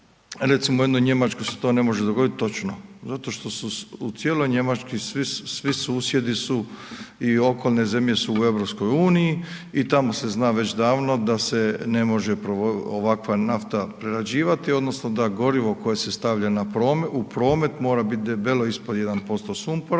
recimo u jednoj Njemačkoj se to ne može dogoditi, točno, zato što su, u cijeloj Njemačkoj svi susjedi su i okolne zemlje su u EU i tamo se zna već davno da se ne može ovakva nafta prerađivati odnosno da gorivo koje se stavlja u promet mora biti debelo ispod 1% sumpora,